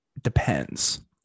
depends